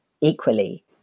equally